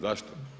Zašto?